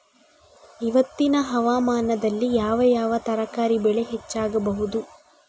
ಇವತ್ತಿನ ಹವಾಮಾನದಲ್ಲಿ ಯಾವ ಯಾವ ತರಕಾರಿ ಬೆಳೆ ಹೆಚ್ಚಾಗಬಹುದು?